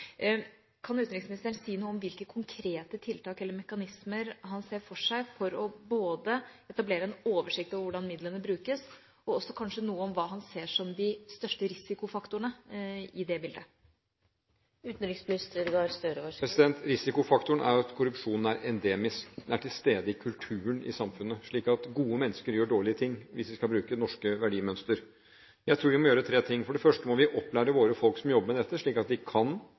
Kan utenriksministeren si noe om hvilke konkrete tiltak eller mekanismer han ser for seg for å etablere en oversikt over hvordan midlene brukes, og kanskje også noe om hva han ser som de største risikofaktorene i det bildet? Risikofaktoren er at korrupsjonen er endemisk, den er til stede i kulturen i samfunnet. Gode mennesker gjør dårlige ting – hvis vi skal bruke norsk verdimønster. Jeg tror vi må gjøre tre ting. For det første må vi lære opp våre folk som jobber med dette, slik at de